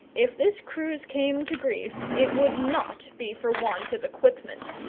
if this cruise came to grief, it would not be for want of equipment.